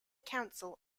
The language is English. council